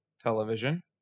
Television